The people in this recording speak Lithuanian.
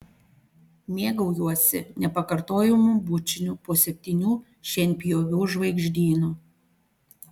mėgaujuosi nepakartojamu bučiniu po septynių šienpjovių žvaigždynu